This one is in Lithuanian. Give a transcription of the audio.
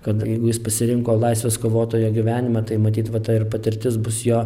kad jeigu jis pasirinko laisvės kovotojo gyvenimą tai matyt va ta ir patirtis bus jo